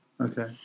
Okay